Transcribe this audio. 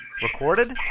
Recorded